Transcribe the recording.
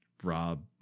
Rob